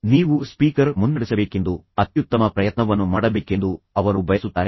ನೀವು ಸ್ಪೀಕರ್ ಮುನ್ನಡೆಸಬೇಕೆಂದು ಅತ್ಯುತ್ತಮ ಪ್ರಯತ್ನವನ್ನು ಮಾಡಬೇಕೆಂದು ಅವರು ಬಯಸುತ್ತಾರೆ